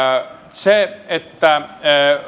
se että